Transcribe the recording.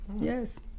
Yes